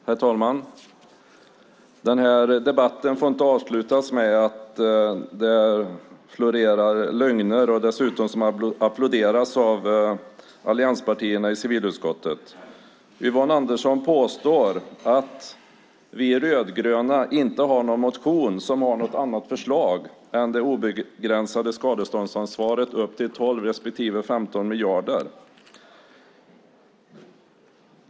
Herr talman! Den här debatten får inte avslutas med lögner som dessutom applåderas av allianspartierna i civilutskottet. Yvonne Andersson påstod att vi rödgröna inte har någon motion med något annat förslag än det obegränsade skadeståndsansvaret upp till 12 respektive 15 miljarder.